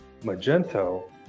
Magento